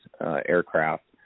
aircraft